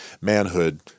manhood